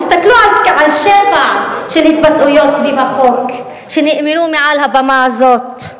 תסתכלו על שפע ההתבטאויות סביב החוק שנאמרו מעל הבמה הזאת.